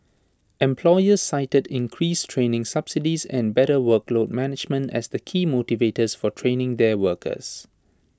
employers cited increased training subsidies and better workload management as the key motivators for training their workers